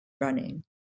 running